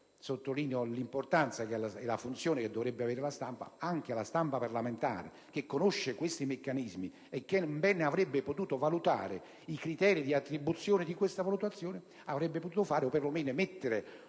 sottolineo l'importanza della funzione che dovrebbe svolgere la stampa - neanche la stampa parlamentare, che conosce questi meccanismi e che bene avrebbe potuto valutare i criteri di attribuzione di questa valutazione, ha sentito il bisogno quanto